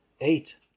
Eight